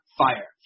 fire